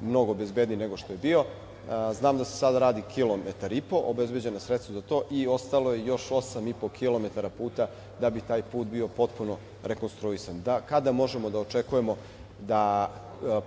mnogo bezbedniji nego što je bio. Znam da se sada radi kilometar i po, obezbeđena su sredstva za to i ostalo je još osam i po kilometara puta da bi taj put bio potpuno rekonstruisan. Dakle, kada možemo da očekujemo da